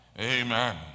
Amen